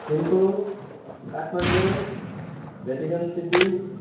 थिम्पू काठमाडौँ भेटिगन सिटी